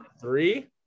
three